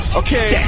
okay